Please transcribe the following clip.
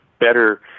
better